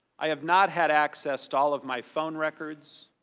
i have not had access to all of my phone records,